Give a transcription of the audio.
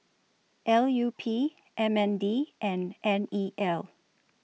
L U P M N D and N E L